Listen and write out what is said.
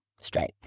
Straight